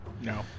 no